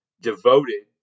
devoted